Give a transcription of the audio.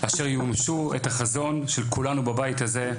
אשר יממשו את החזון של כולנו בבית הזה,